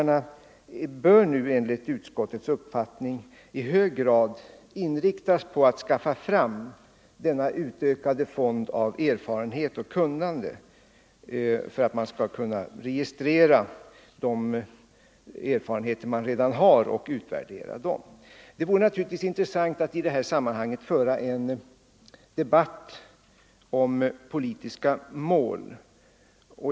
Nr 125 Det vore naturligtvis intressant att i detta sammanhang föra en debatt Onsdagen den om politiska mål.